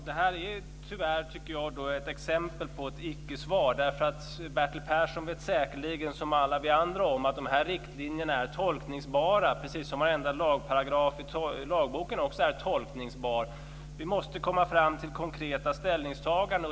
Fru talman! Det är, tycker jag, tyvärr ett exempel på ett icke-svar. Bertil Persson vet säkerligen, som alla vi andra, att de här riktlinjerna är tolkningsbara, precis som varenda paragraf i lagboken också är tolkningsbar. Vi måste komma fram till konkreta ställningstaganden.